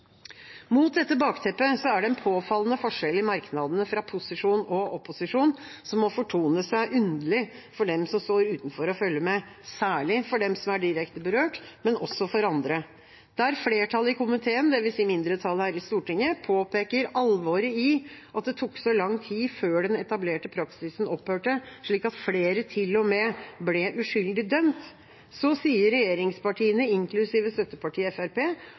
Mot dette bakteppet er det en påfallende forskjell i merknadene fra posisjon og opposisjon som må fortone seg som underlig for dem som står utenfor og følger med, særlig for dem som er direkte berørt, men også for andre. Der flertallet i komiteen, dvs. mindretallet her i Stortinget, påpeker alvoret i at det tok så lang tid før den etablerte praksisen opphørte, slik at flere til og med ble uskyldig dømt, sier regjeringspartiene, inklusiv støttepartiet